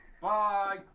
Bye